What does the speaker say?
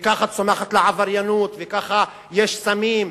וככה צומחת לה עבריינות, וככה יש סמים.